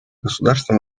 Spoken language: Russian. государства